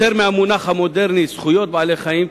יותר מהמונח המודרני "זכויות בעלי-חיים",